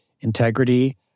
integrity